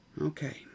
Okay